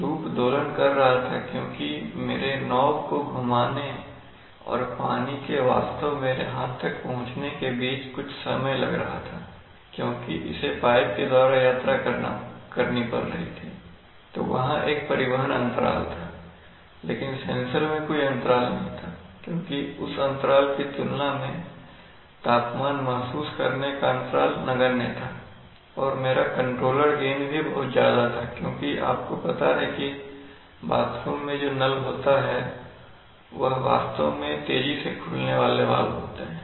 loop दोलन कर रहा था क्योंकि मेरे नॉब को घुमाने और पानी के वास्तव में मेरे हाथ तक पहुंचने के बीच में कुछ समय लग रहा था क्योंकि इसे पाइप के द्वारा यात्रा करनी पड़ रही थी तो वहां एक परिवहन अंतराल था लेकिन सेंसर में कोई अंतराल नहीं था क्योंकि उस अंतराल की तुलना में तापमान महसूस करने का अंतराल नगण्य था और मेरा कंट्रोलर गेन भी बहुत ज्यादा था क्योंकि आपको पता है कि बाथरूम में जो नल होता है वह वास्तव में तेजी से खुलने वाले वाल्व होते हैं